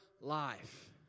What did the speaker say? life